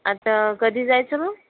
आता कधी जायचं मग